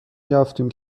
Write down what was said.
یافتیم